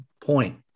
point